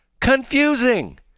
Confusing